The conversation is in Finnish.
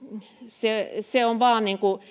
se se on vain